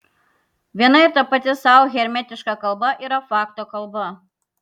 viena ir tapati sau hermetiška kalba yra fakto kalba